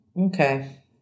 Okay